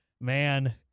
man